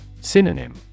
Synonym